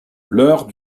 l’heure